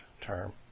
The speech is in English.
term